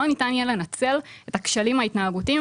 שלא ניתן יהיה לנצל את הכשלים ההתנהגותיים